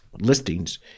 listings